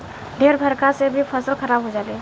ढेर बरखा से भी फसल खराब हो जाले